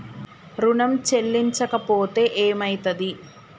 ఋణం చెల్లించకపోతే ఏమయితది?